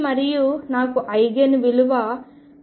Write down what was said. మరియు నాకు ఐగెన్ విలువ Onn